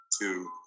two